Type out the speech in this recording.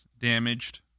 damaged